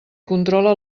controla